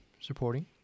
supporting